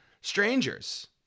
strangers